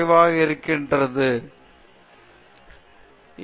எனவே நான் அடிக்கடி பொறுமை இழக்க நேரிடும் போது அது முற்றிலும் என்னை மாற் றிவிட்டது